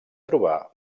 trobar